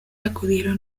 acudieron